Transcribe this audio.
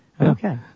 Okay